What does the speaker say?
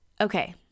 Okay